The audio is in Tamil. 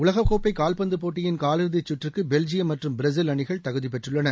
உலகக் கோப்பை கால்பந்து போட்டியின் காலிறுதிச் கற்றுக்கு பெல்ஜியம் மற்றும் பிரேசில் அணிகள் தகுதிப்பெற்றுள்ளன